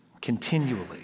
continually